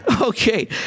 Okay